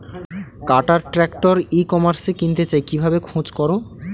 কাটার tractor ই কমার্সে কিনতে চাই কিভাবে খোঁজ করো?